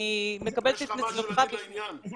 אני מקבלת את התנצלותך --- יש לך משהו להגיד לעניין?